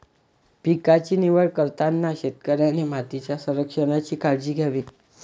पिकांची निवड करताना शेतकऱ्याने मातीच्या संरक्षणाची काळजी घ्यावी